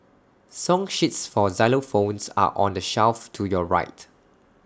song sheets for xylophones are on the shelf to your right